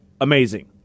amazing